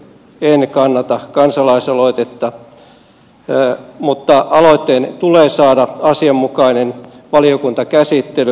itse en kannata kansalaisaloitetta mutta aloitteen tulee saada asianmukainen valiokuntakäsittely